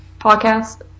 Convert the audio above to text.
podcast